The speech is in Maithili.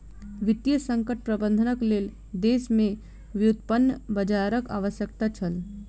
वित्तीय संकट प्रबंधनक लेल देश में व्युत्पन्न बजारक आवश्यकता छल